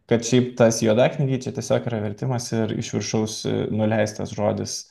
kad šiaip tas juodaknygiai čia tiesiog yra vertimas ir iš viršaus nuleistas žodis